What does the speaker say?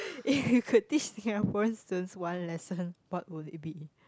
if you could teach Singaporeans students one lesson what would it be